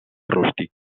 rústic